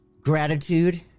Gratitude